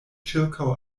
ĉirkaŭ